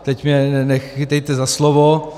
Teď mě nechytejte za slovo.